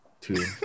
Two